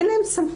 אין להם סמכות,